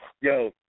yo